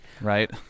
right